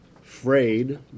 frayed